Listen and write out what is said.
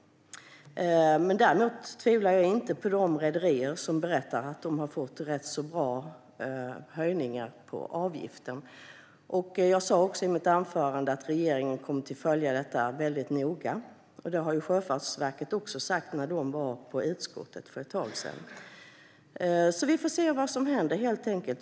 Jag tvivlar inte på de rederier som berättar att de har fått rätt stora höjningar av avgiften. Jag sa i mitt anförande att regeringen kommer att följa detta väldigt noga, och det sa också Sjöfartsverket när de var hos utskottet för ett tag sedan. Vi får helt enkelt se vad som händer.